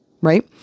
right